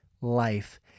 life